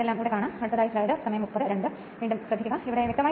കറങ്ങുന്ന ഉപകരണമായി നിശ്ചല ഉപകരണത്തെ മാറ്റുകയാണ് വ്യത്യാസം